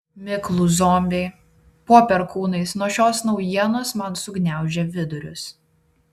miklūs zombiai po perkūnais nuo šios naujienos man sugniaužė vidurius